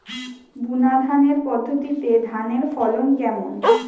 বুনাধানের পদ্ধতিতে ধানের ফলন কেমন?